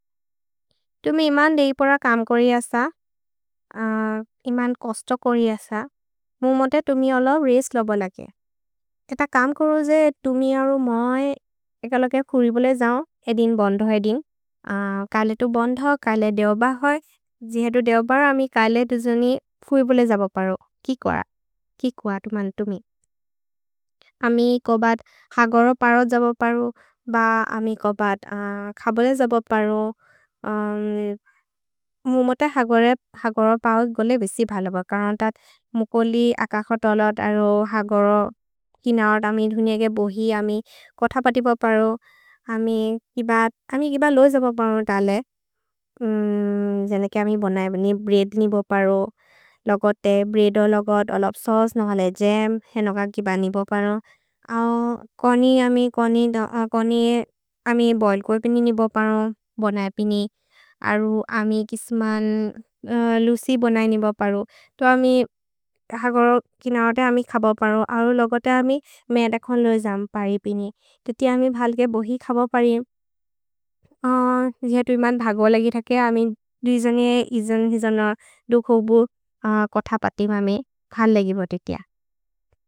तुमि इमन् देहिपर कम् कोरि अस, इमन् कोस्तो कोरि अस। मुमोते तुमि अल रेस् लबो लगे। एत कम् करो जे तुमि अरो मए एक लोके खुरि बोले जओ। ए दिन् बन्द् हो, ए दिन्। कैले तु बन्द् हो, कैले देओ ब होइ। जेहे तु देओ ब, अमि कैले तुजुनि खुरि बोले जबो परो। कि कुअ?। कि कुअ तु मन् तुमि?। अमि कबद् ह गरो परो जबो परो। भ अमि कबद् खबले जबो परो। मुमोते ह गरो पओ गोले बेसि भलो ब। करन् तत् मुकोलि, अकख तोलत्, अरो ह गरो किनत्, अमि धुनिअगे बोहि। अमि कोथ पति बो परो। अमि किबद्, अमि किबद् लोगे जबो परो तले। जेन्देके अमि बनए बनि, ब्रेद् निबो परो। लगते, ब्रेदो लगत्, ओलोफ् सोस्, नहले जम्। हेनोक किबद् निबो परो। कनि, अमि कनि, कनि अमि बोइल् कोइ पिनि निबो परो। अरु अमि किस्मन्, लुसि बोनए निबो परो। तो अमि ह गरो किनते अमि खबब् परो। अरु लगते अमि मेदकोन् लो जम् परि पिनि। तुति अमि भल्के बोहि खबब् परि। जे तु इमन् भगो लगि थके, अमि दुजोने, इजने दुखोबु। कोथ पति ममे, खल् लगि बोते तिअ।